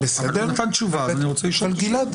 נתן תשובה אז אני רוצה לשאול שאלה.